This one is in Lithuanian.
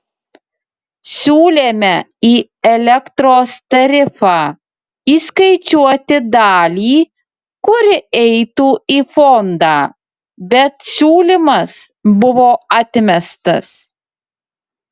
siūlėme į elektros tarifą įskaičiuoti dalį kuri eitų į fondą bet siūlymas buvo atmestas